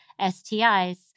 STIs